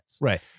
Right